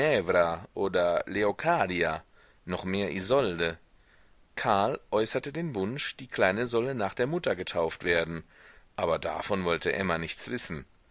oder leocadia noch mehr isolde karl äußerte den wunsch die kleine solle nach der mutter getauft werden aber davon wollte emma nichts wissen